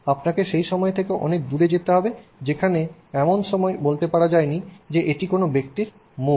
আপনাকে সেই সময় থেকে অনেক দূরে যেতে হবে যেখানে এমন সময় বলতে পারা যায় নি যে এটি কোনও ব্যক্তির মুখ